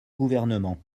gouvernement